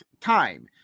time